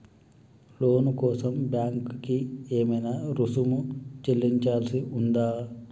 లోను కోసం బ్యాంక్ కి ఏమైనా రుసుము చెల్లించాల్సి ఉందా?